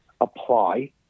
apply